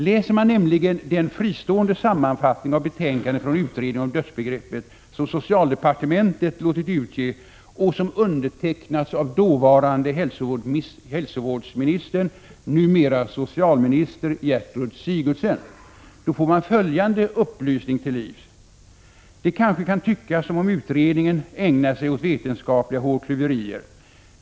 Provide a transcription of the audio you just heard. Läser man nämligen den fristående sammanfattning av betänkandet från utredningen om dödsbegreppet som socialdepartementet låtit utge och som undertecknats av dåvarande hälsovårdsministern, numera socialminister Gertrud Sigurdsen, får man på s. 33-34 följande upplysning till livs: ”Det kanske kan tyckas som om utredningen ägnar sig åt vetenskapliga hårklyverier.